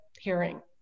hearing